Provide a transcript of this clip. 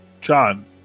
john